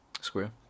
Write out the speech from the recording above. Square